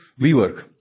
WeWork